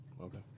Okay